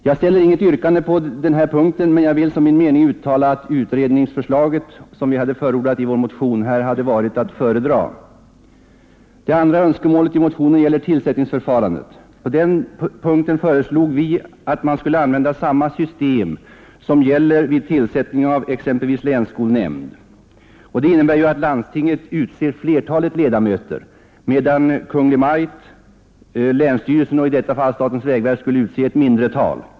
Jag ställer inget yrkande på denna punkt, men jag vill som min mening uttala att utredningsförslaget, som vi har förordat i vår motion, hade varit att föredra. Det andra önskemålet i motionen gäller tillsättningsförfarandet. På den punkten föreslog vi att man skulle använda samma system som vid tillsättning av exempelvis länsskolnämnd. Det innebär att landstinget utser flertalet ledamöter, medan Kungl. Maj:t, länsstyrelsen och i detta fall statens vägverk skulle utse ett mindretal.